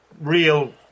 real